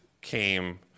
came